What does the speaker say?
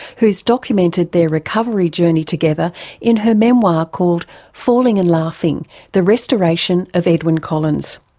who's documented their recovery journey together in her memoir called falling and laughing the restoration of edwyn collins.